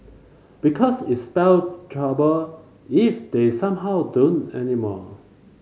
because it's spell trouble if they somehow don't anymore